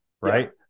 right